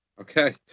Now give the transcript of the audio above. Okay